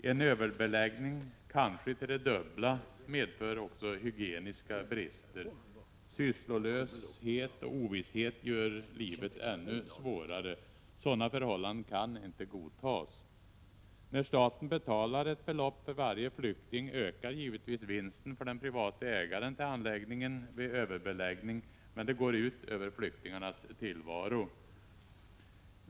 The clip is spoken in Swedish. En överbeläggning, kanske till det dubbla, medför också hygieniska brister. Sysslolöshet och ovisshet gör livet ännu svårare. Sådana förhållanden kan inte godtas. Närstaten betalar ett belopp för varje flykting ökar givetvis vinsten för den privata ägaren till anläggningen vid överbeläggning, men det går ut över flyktingarnas tillvaro.